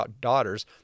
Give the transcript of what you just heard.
daughters